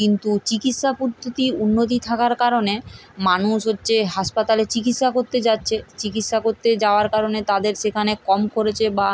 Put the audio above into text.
কিন্তু চিকিৎসা পদ্ধতি উন্নতি থাকার কারণে মানুষ হচ্ছে হাসপাতালে চিকিৎসা করতে যাচ্ছে চিকিৎসা করতে যাওয়ার কারণে তাদের সেখানে কম খরচে বা